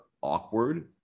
awkward